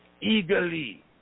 eagerly